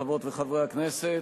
חברות וחברי הכנסת,